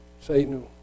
Satan